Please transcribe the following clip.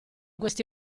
queste